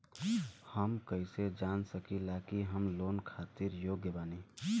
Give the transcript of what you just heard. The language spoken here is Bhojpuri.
हम कईसे जान सकिला कि हम लोन खातिर योग्य बानी?